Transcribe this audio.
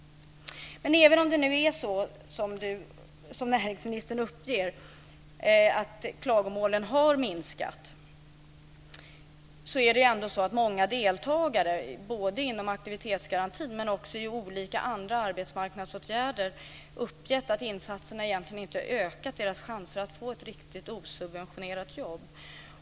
Även om det nu är så som näringsministern uppger, att klagomålen har minskat, har många deltagare både inom aktivitetsgarantin och i andra arbetsmarknadsåtgärder uppgett att insatserna egentligen inte har ökat deras chanser att få ett riktigt osubventionerat jobb.